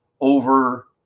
over